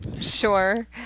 sure